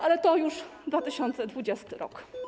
Ale to już 2020 r.